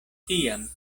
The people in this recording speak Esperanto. tiam